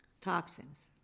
toxins